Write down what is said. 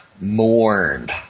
mourned